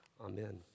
Amen